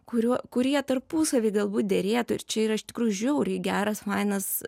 kuriuo kurie tarpusavy galbūt derėtų ir čia yra iš tikrųjų žiauriai geras fainas